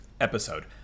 episode